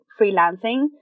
freelancing